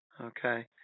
Okay